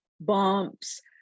bumps